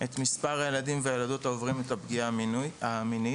את מספר הילדים והילדות העוברים את הפגיעה המינית,